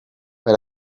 per